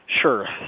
Sure